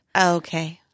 Okay